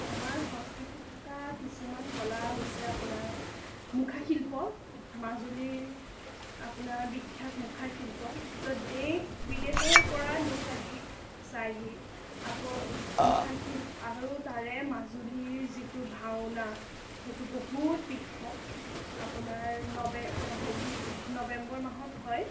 আমাৰ সংস্কৃতিত থকা কিছুমান কলা হৈছে আপোনাৰ মুখাশিল্প মাজুলীৰ আপোনাৰ বিখ্যাত মুখাশিল্প য'ত দেশ বিদেশৰ পৰা লোক আহি চাইহি আকৌ মুখাশিল্প আৰু তাৰে মাজুলীৰ যিটো ভাওনা সেইটো বহুত বিখ্যাত আপোনাৰ নবে হেৰি নৱেম্বৰ মাহত হয়